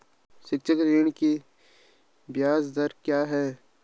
शैक्षिक ऋण की ब्याज दर क्या है?